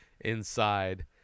inside